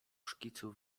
szkicu